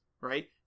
right